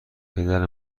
پدر